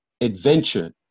adventure